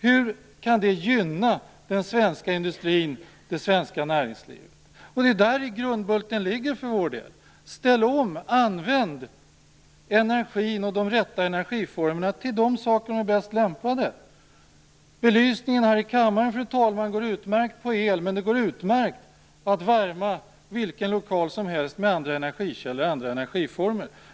Hur kan det gynna den svenska industrin och det svenska näringslivet? Däri ligger grundbulten för vår del. Ställ om! Använd energiformerna till de saker de är bäst lämpade för! Belysningen här i kammaren går utmärkt på el, men det går också utmärkt att värma vilken lokal som helst med andra engergiformer.